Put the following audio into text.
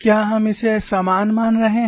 क्या हम इसे समान मान रहे हैं